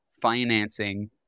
financing